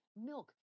milk